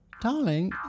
Darling